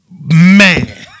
Man